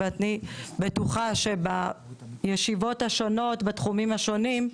ואני בטוחה שבישיבות השונות בתחומים השונים,